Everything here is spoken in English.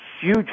huge